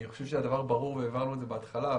חושב שהדבר ברור והבהרנו את זה בהתחלה,